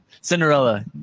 cinderella